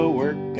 work